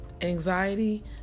anxiety